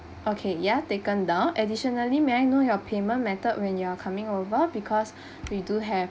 okay ya taken down additionally may I know your payment method when you are coming over because we do have